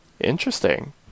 Interesting